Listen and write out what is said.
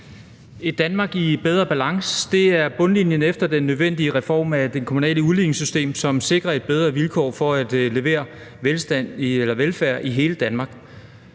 Et Danmark i bedre balance – det er bundlinjen efter den nødvendige reform af det kommunale udligningssystem, som sikrer bedre vilkår for at levere velfærd i hele Danmark.